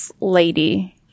lady